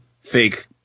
fake